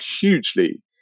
hugely